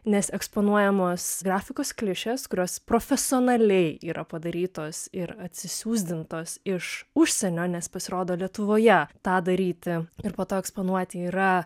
nes eksponuojamuos grafikos klišės kurios profesionaliai yra padarytos ir atsisiųsdintos iš užsienio nes pasirodo lietuvoje tą daryti ir po to eksponuoti yra